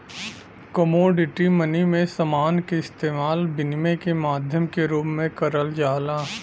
commodity money में समान क इस्तेमाल विनिमय के माध्यम के रूप में करल जाला